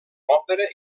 òpera